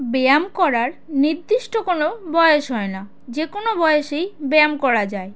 ব্যায়াম করার নির্দিষ্টি কোনো বয়েস হয় না যে কোনো বয়সেই ব্যায়াম করা যায়